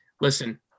listen